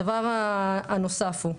הדבר הנוסף הוא,